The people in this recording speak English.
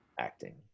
acting